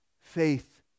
Faith